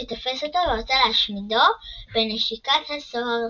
שתופס אותו ורוצה להשמידו בנשיקת הסוהרסן.